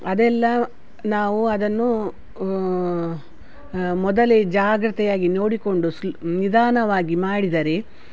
ಅದೆಲ್ಲ ನಾವು ಅದನ್ನು ಮೊದಲೇ ಜಾಗ್ರತೆಯಾಗಿ ನೋಡಿಕೊಂಡು ಸ್ಲ್ ನಿಧಾನವಾಗಿ ಮಾಡಿದರೆ